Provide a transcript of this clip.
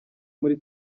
muri